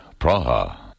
Praha